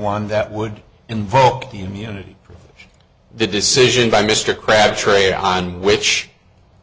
one that would invoke the immunity for the decision by mr crabtree on which